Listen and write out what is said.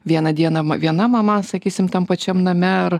vieną dieną viena mama sakysim tam pačiam name ar